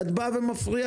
ואת באה ומפריעה.